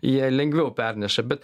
jie lengviau perneša bet